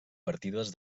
partides